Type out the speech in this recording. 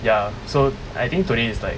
ya so I think today is like